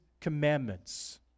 commandments